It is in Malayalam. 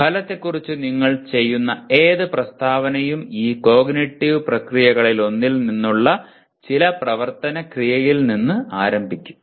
ഫലത്തെക്കുറിച്ച് നിങ്ങൾ ചെയ്യുന്ന ഏത് പ്രസ്താവനയും ഈ കോഗ്നിറ്റീവ് പ്രക്രിയകളിലൊന്നിൽ നിന്നുള്ള ചില പ്രവർത്തന ക്രിയയിൽ നിന്ന് ആരംഭിക്കും